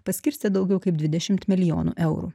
paskirstė daugiau kaip dvidešim milijonų eurų